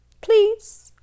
Please